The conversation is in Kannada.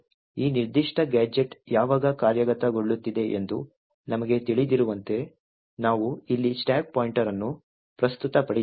ಈ ನಿರ್ದಿಷ್ಟ ಗ್ಯಾಜೆಟ್ ಯಾವಾಗ ಕಾರ್ಯಗತಗೊಳ್ಳುತ್ತಿದೆ ಎಂದು ನಮಗೆ ತಿಳಿದಿರುವಂತೆ ನಾವು ಇಲ್ಲಿ ಸ್ಟಾಕ್ ಪಾಯಿಂಟರ್ ಅನ್ನು ಪ್ರಸ್ತುತಪಡಿಸಿದ್ದೇವೆ